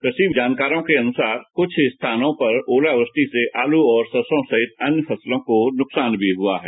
कृषि जानकारो के अनुसार कुछ स्थानों पर ओलावृष्टि से आलू और सरसों सहित अन्य फसलों को नुकसान हुआ है